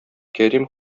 кәрим